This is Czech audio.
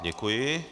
Děkuji.